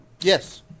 Yes